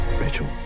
Rachel